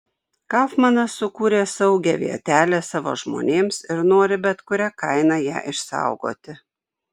kaufmanas sukūrė saugią vietelę savo žmonėms ir nori bet kuria kaina ją išsaugoti